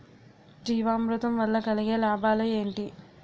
జీవామృతం వల్ల కలిగే లాభాలు ఏంటి?